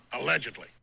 Allegedly